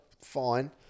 fine